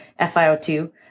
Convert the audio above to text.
FiO2